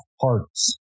parts